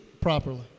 properly